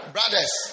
Brothers